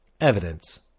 Evidence